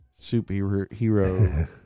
superhero